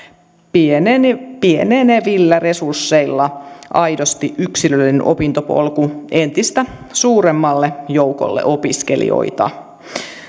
pienenevillä pienenevillä resursseilla aidosti yksilöllinen opintopolku entistä suuremmalle joukolle opiskelijoita